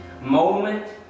moment